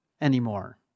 anymore